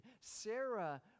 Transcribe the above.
Sarah